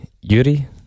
Yuri